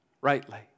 rightly